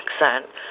accent